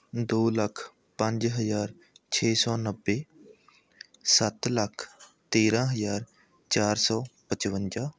ਦੋ ਲੱਖ ਪੰਜ ਹਜ਼ਾਰ ਛੇ ਸੌ ਨੱਬੇ ਸੱਤ ਲੱਖ ਤੇਰਾਂ ਹਜ਼ਾਰ ਚਾਰ ਸੌ ਪਚਵੰਜਾ